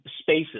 spaces